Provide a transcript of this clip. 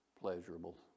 pleasurable